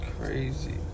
crazy